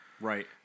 Right